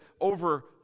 over